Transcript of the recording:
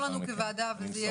אני אמסור לוועדה.